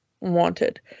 wanted